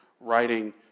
writing